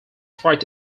fight